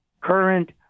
current